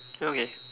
okay